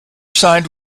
signed